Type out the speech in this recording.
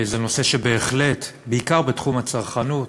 זה נושא שבהחלט, בעיקר בתחום הצרכנות